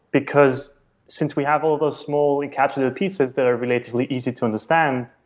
because since we have all those small, we captured the pieces that are relatively easy to understand,